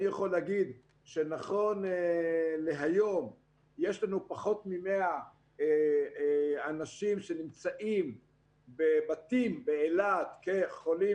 נכון להיום יש לנו פחות מ-100 אנשים שנמצאים בבתים באילת כחולים